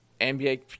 NBA